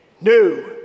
new